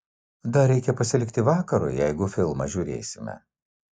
dar reikia pasilikti vakarui jeigu filmą žiūrėsime